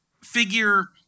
Figure